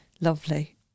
Lovely